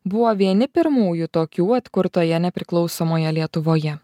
buvo vieni pirmųjų tokių atkurtoje nepriklausomoje lietuvoje